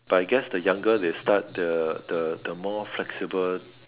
but I guess the younger they start the the the more flexible